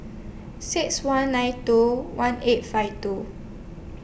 six one nine two one eight five two